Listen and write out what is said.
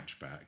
hatchback